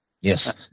Yes